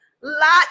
lots